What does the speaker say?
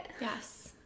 Yes